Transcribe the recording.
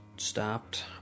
Stopped